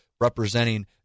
representing